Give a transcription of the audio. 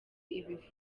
ivuga